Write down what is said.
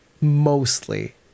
mostly